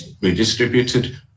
redistributed